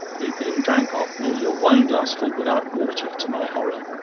lupin drank off nearly a wineglassful without water, to my horror.